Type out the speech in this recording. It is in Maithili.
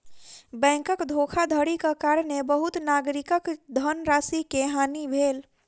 बैंकक धोखाधड़ीक कारणेँ बहुत नागरिकक धनराशि के हानि भेल